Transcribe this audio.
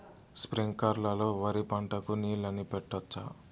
స్ప్రింక్లర్లు లో వరి పంటకు నీళ్ళని పెట్టొచ్చా?